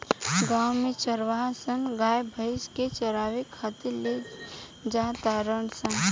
गांव में चारवाहा सन गाय भइस के चारावे खातिर ले जा तारण सन